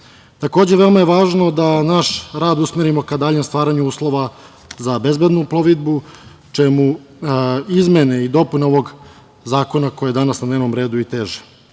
veoma je važno da naš rad usmerimo ka daljem stvaranju uslova za bezbednu plovidbu, čemu izmene i dopune ovog zakona koji je danas na dnevnom redu i